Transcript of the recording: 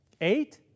Eight